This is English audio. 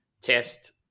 test